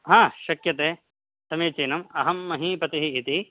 हा शक्यते समीचीनम् अहं महीपतिः इति